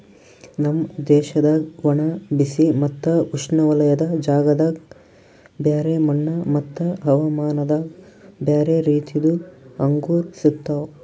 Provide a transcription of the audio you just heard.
ನಮ್ ದೇಶದಾಗ್ ಒಣ, ಬಿಸಿ ಮತ್ತ ಉಷ್ಣವಲಯದ ಜಾಗದಾಗ್ ಬ್ಯಾರೆ ಮಣ್ಣ ಮತ್ತ ಹವಾಮಾನದಾಗ್ ಬ್ಯಾರೆ ರೀತಿದು ಅಂಗೂರ್ ಸಿಗ್ತವ್